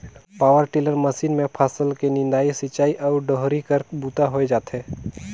power tiller machine मे फसल के निंदई, सिंचई अउ डोहरी कर बूता होए जाथे